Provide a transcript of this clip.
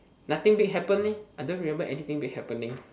nothing big happen eh I don't remember anything big happening